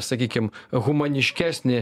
sakykim humaniškesnį